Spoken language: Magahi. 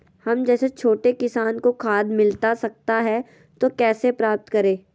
हम जैसे छोटे किसान को खाद मिलता सकता है तो कैसे प्राप्त करें?